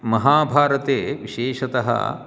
महाभारते विशेषतः